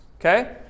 Okay